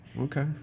Okay